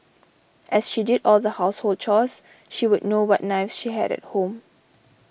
as she did all the household chores she would know what knives she had at home